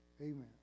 Amen